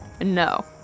No